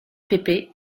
pépé